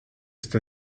ist